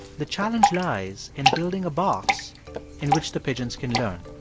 the challenge lies in building a box in which the pigeons can learn.